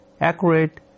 accurate